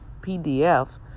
PDF